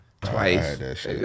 Twice